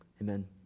Amen